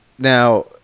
now